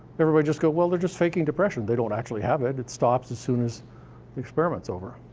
everybody'd just go, well, they're just faking depression. they don't actually have it. it stops as soon as the experiment's over.